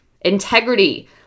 Integrity